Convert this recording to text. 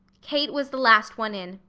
kate was the last one in.